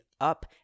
up